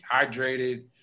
hydrated